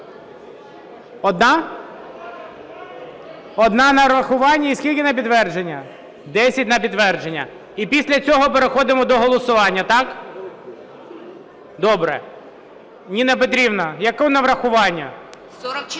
Одна? Одна на врахування. І скільки на підтвердження? 10 на підтвердження. І після цього переходимо до голосування. Так? Добре. Ніна Петрівна, яку на врахування?